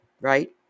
right